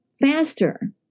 faster